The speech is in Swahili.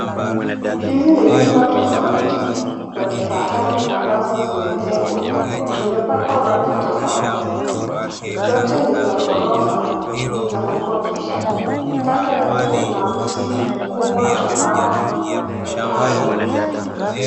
Hizi ni nyumba tofauti za kifahari ambazo zimejengwa. Zimepakwa rangi tofauti. Zote ni za ghorofa. Ni za kukodisha. Kando yake kuna mti mkubwa ambao umepandwa.